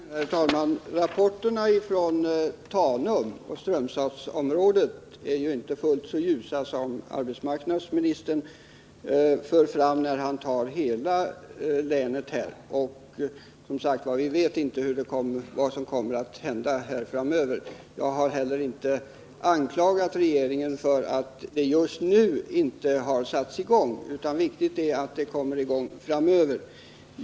Herr talman! Rapporterna från Tanum och Strömstadsområdet är ju inte fullt så ljusa som arbetsmarknadsministern gör sken av, när han talar om hela länet. Vi vet inte vad som kommer att hända framöver. Jag anklagar inte heller regeringen för att arbetena inte just nu har satts i gång. Det viktiga är att de kommer i gång framöver.